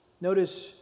Notice